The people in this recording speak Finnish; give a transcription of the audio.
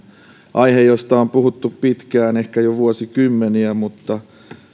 aihe josta on puhuttu pitkään ehkä jo vuosikymmeniä mutta